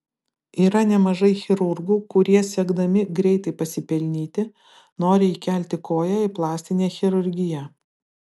yra nemažai chirurgų kurie siekdami greitai pasipelnyti nori įkelti koją į plastinę chirurgiją